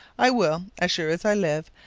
i will, as sure as i live,